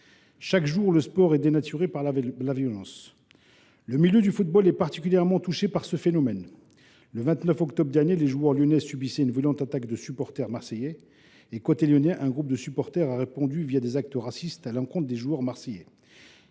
Chaque jour, le sport est dénaturé par la violence. Le milieu du football est particulièrement touché par ce phénomène. Le 29 octobre dernier, les joueurs lyonnais subissaient une violente attaque des supporters marseillais. Un groupe de supporters lyonnais a répondu par des actes racistes à l’encontre des joueurs marseillais